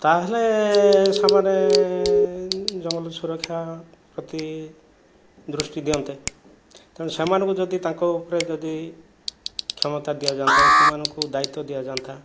ତାହେଲେ ସେମାନେ ଜଙ୍ଗଲ ସୁରକ୍ଷା ପ୍ରତି ଦୃଷ୍ଟି ଦିଅନ୍ତେ ତେଣୁ ସେମାନଙ୍କୁ ଯଦି ତାଙ୍କ ଉପରେ ଯଦି କ୍ଷମତା ଦିଆ ଯାଆନ୍ତା ସେମାନଙ୍କୁ ଦାୟିତ୍ଵ ଦିଆ ଯାଆନ୍ତା